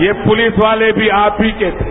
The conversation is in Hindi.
ये पुलिस वाले भी आप ही के थे